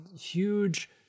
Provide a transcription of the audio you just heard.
huge